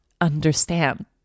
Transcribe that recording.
understand